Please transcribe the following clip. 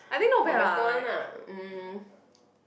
got better one ah